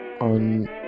on